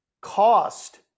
cost